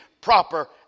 proper